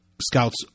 Scouts